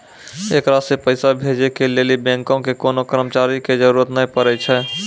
एकरा से पैसा भेजै के लेली बैंको के कोनो कर्मचारी के जरुरत नै पड़ै छै